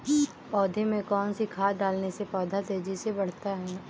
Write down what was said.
पौधे में कौन सी खाद डालने से पौधा तेजी से बढ़ता है?